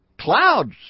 Clouds